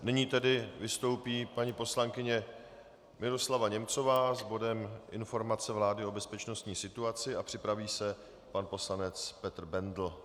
Nyní tedy vystoupí paní poslankyně Miroslava Němcová s bodem informace vlády o bezpečnostní situaci a připraví se pan poslanec Petr Bendl.